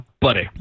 buddy